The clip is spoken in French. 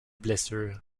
blessures